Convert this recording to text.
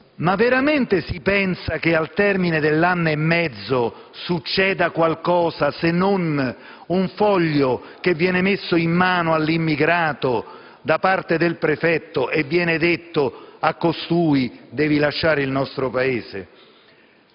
ma veramente si pensa che al termine dell'anno e mezzo succeda qualcosa, se non un foglio, messo in mano all'immigrato da parte del prefetto, in cui si dice a costui che deve lasciare il nostro Paese?